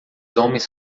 homens